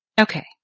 Okay